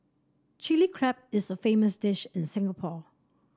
Chilli Crab is a famous dish in Singapore